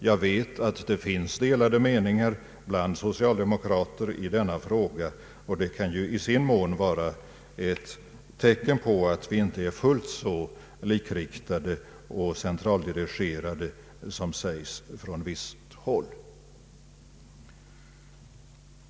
Jag vet att det finns delade meningar bland socialde mokrater i den frågan, och det kan ju vara ett tecken på att vi inte är fullt så likriktade och centraldirigerade som det påstås från visst håll.